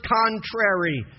contrary